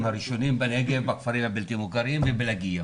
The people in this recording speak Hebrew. הראשונים בנגב בכפרים הלא מוכרים ובלקייה.